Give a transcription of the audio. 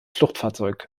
fluchtfahrzeug